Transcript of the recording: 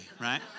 right